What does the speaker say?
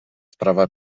sprawa